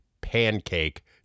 pancake